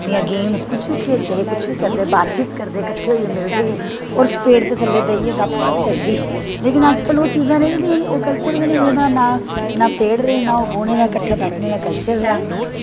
अपनियां गेमस कुश बी खेलदे हे कुश बी करदे हे कट्ठे होईयै मिलदे हे और उस पेट दे थल्ले बेहियै गप्प शप्प चलदी ही लेकिन ओह् चीज़ां अज्ज कल रेहदियां गै नी ओह् कल्चर गै नी रेह्दा ना पेड़ रेह् ना कट्ठे बैठनें दा कल्चर रेहा